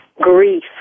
grief